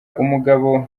umugabo